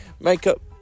makeup